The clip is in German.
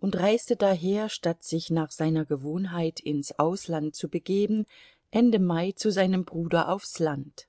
und reiste daher statt sich nach seiner gewohnheit ins ausland zu begeben ende mai zu seinem bruder aufs land